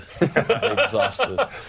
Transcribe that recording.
Exhausted